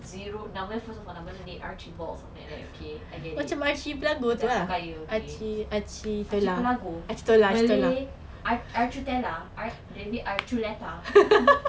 zero number first affordable need archie bol something like that okay I get it macam kau kaya okay archipelago I actu~ teller I david archuleta